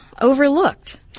overlooked